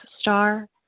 star